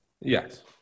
Yes